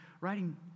writing